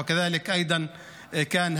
וכמו כן,